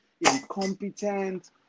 incompetent